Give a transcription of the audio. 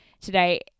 today